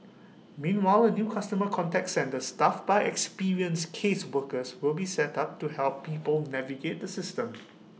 meanwhile A new customer contact centre staffed by experienced caseworkers will be set up to help people navigate the system